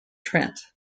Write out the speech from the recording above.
trent